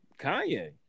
Kanye